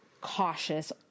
cautious